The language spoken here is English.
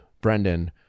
Brendan